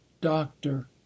doctor